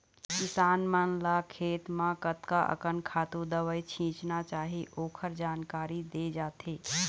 किसान मन ल खेत म कतका अकन खातू, दवई छिचना चाही ओखर जानकारी दे जाथे